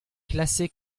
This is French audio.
classé